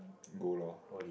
go loh